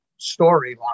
storyline